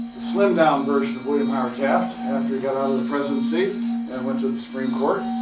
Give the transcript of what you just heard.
slimmed down version of william howard taft. after he got out of the presidency and went to the supreme court.